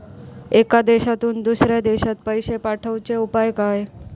एका देशातून दुसऱ्या देशात पैसे पाठवचे उपाय काय?